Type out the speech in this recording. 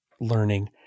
learning